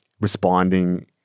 responding